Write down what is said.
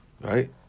Right